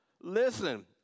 Listen